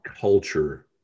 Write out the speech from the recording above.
culture